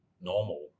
normal